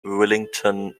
willington